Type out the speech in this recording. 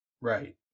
right